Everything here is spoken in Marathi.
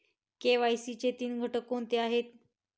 के.वाय.सी चे तीन घटक कोणते आहेत?